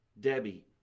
Debbie